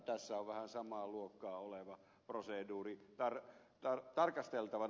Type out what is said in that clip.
tässä on vähän samaa luokkaa oleva proseduuri tarkasteltavana